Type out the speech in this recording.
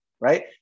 right